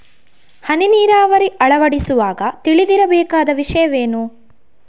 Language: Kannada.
ಹನಿ ನೀರಾವರಿ ಅಳವಡಿಸುವಾಗ ತಿಳಿದಿರಬೇಕಾದ ವಿಷಯವೇನು?